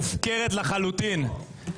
מופקרת לחלוטין.